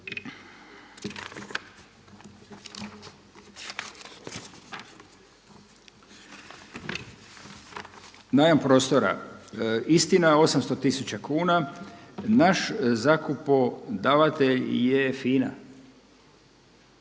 Najam prostora, istina 800000 kuna. Naš zakupodavatelj je FINA.